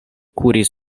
kuris